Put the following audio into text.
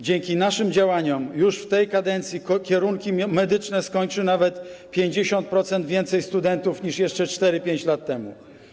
Dzięki naszym działaniom już w tej kadencji kierunki medyczne skończy nawet o 50% więcej studentów niż jeszcze 4 czy 5 lat temu.